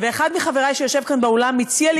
ואחד מחברי שיושב כאן באולם כבר הציע לי